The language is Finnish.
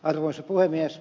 arvoisa puhemies